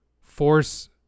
force